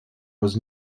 was